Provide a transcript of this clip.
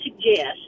suggest